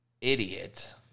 idiot